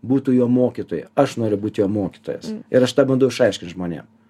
būtų jo mokytojai aš noriu būt jo mokytojas ir aš tą bandau išaiškint žmonėm